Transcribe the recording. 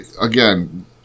again